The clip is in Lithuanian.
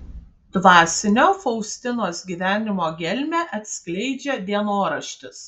dvasinio faustinos gyvenimo gelmę atskleidžia dienoraštis